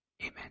amen